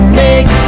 make